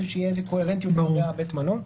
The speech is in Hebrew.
בשביל שתהיה קוהרנטיות בהגעה לבית מלון.